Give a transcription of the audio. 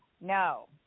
No